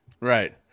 right